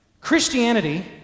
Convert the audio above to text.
Christianity